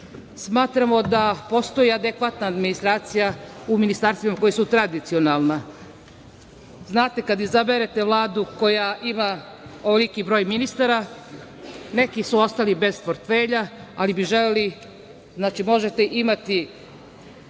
smatramo da postoji adekvatna administracija u ministarstvima koja su tradicionalna. Znate, kada izaberete Vladu koja ima ovoliki broj ministara, neki su ostali bez portfelja, ali bi želeli... Znači, možete imati